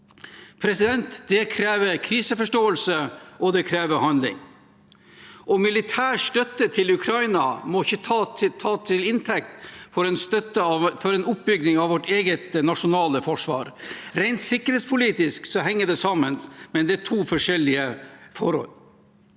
styrkes. Det krever kriseforståelse, og det krever handling. Militær støtte til Ukraina må ikke tas til inntekt for en oppbygging av vårt eget nasjonale forsvar. Ren sikkerhetspolitisk henger det sammen, men det er to forskjellige forhold.